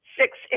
six